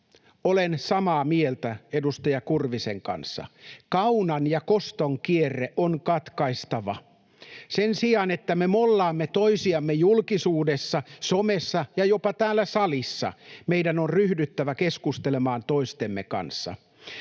Olen samaa mieltä edustaja Kurvisen kanssa: kaunan ja koston kierre on katkaistava. Sen sijaan, että me mollaamme toisiamme julkisuudessa, somessa ja jopa täällä salissa, meidän on ryhdyttävä keskustelemaan toistemme kanssa.